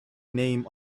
name